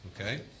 okay